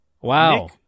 Wow